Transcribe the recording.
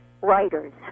writers